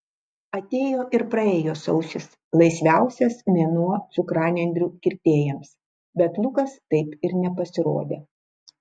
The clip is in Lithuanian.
atėjo ir praėjo sausis laisviausias mėnuo cukranendrių kirtėjams bet lukas taip ir nepasirodė